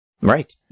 Right